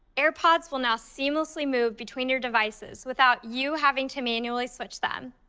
airpods will now seamlessly move between your devices without you having to manually switch them.